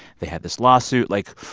they had this lawsuit. like,